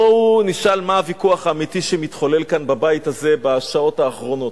בואו נשאל מה הוויכוח האמיתי שמתחולל כאן בבית בשעות האחרונות.